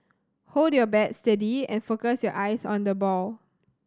hold your bat steady and focus your eyes on the ball